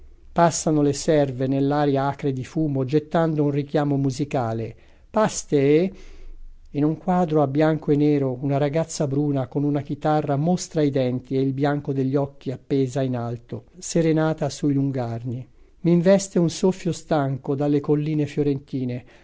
passano le serve nell'aria acre di fumo gettando un richiamo musicale pastee in un quadro a bianco e nero una ragazza bruna con una chitarra mostra i denti e il bianco degli occhi appesa in alto serenata sui lungarni m'investe un soffio stanco dalle colline fiorentine